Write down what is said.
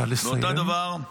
נא לסיים.